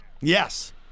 Yes